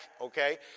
okay